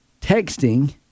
texting